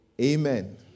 Amen